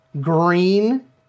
green